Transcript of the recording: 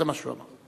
זה מה שהוא אמר.